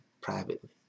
privately